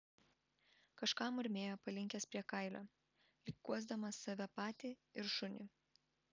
kažką murmėjo palinkęs prie kailio lyg guosdamas save patį ir šunį